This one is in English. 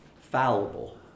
fallible